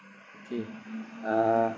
okay uh